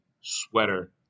Sweater